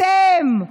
אתם,